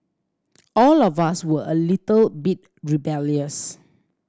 all of us were a little bit rebellious